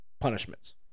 punishments